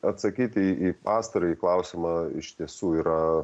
atsakyti į pastarąjį klausimą iš tiesų yra